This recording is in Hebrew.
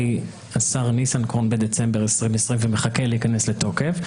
השר ניסנקורן בדצמבר 2020 ומחכה להיכנס לתוקף.